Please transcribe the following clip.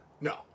No